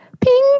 Ping